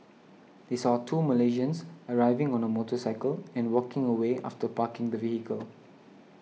they saw two Malaysians arriving on a motorcycle and walking away after parking the vehicle